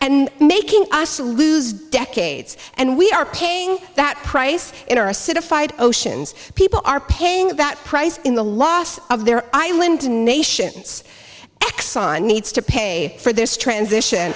and making absolute decades and we are paying that price in our acidified oceans people are paying that price in the loss of their island nations exxon needs to pay for this transition